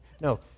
No